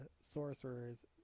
sorcerers